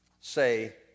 say